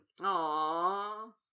Aww